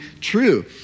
true